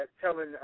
telling